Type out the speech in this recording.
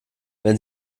wenn